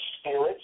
spirits